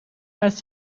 met